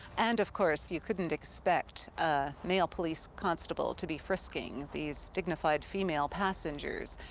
and of course you couldn't expect a male police constable to be frisking these dignified female passengers.